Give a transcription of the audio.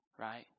right